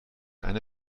eine